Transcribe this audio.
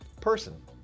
person